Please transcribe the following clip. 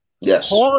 Yes